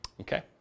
okay